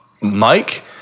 Mike